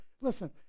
listen